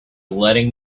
letting